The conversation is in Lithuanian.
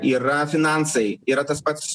yra finansai yra tas pats